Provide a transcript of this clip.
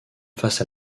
face